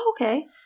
Okay